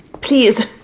Please